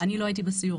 אני לא הייתי בסיור,